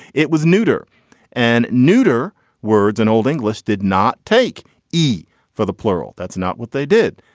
it was neuter and neuter words and old english did not take e for the plural. that's not what they did.